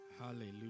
Hallelujah